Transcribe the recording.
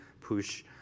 push